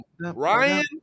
Ryan